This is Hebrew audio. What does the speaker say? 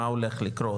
מה הולך לקרות?